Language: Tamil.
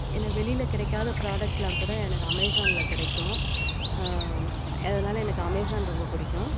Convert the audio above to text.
ஏன்னா வெளியில் கிடைக்காத ப்ராடக்ட்லாம் கூட அமேசானில் கிடைக்கும் அதனால் எனக்கு அமேசான் ரொம்ப பிடிக்கும்